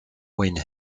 when